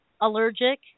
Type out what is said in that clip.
allergic